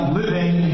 living